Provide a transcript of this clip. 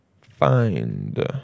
find